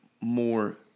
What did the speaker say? more